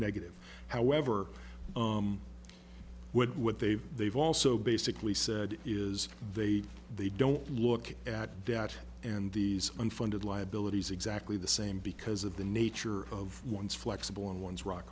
negative however with what they've they've also basically said is they they don't look at that and these unfunded liabilities exactly the same because of the nature of one's flexible on one's rock